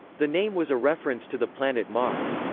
the name was a reference to the planet mars,